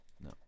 no